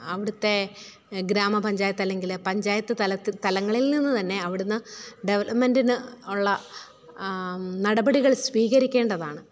അവിടുത്തെ ഗ്രാമപഞ്ചായത്ത് അല്ലെങ്കിൽ പഞ്ചായത്ത് തലത്തിൽ തലങ്ങളില് നിന്നുതന്നെ അവിടുന്ന് ഡെവലപ്മെന്റിന് ഉള്ള നടപടികള് സ്വീകരിക്കേണ്ടതാണ്